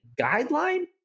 guideline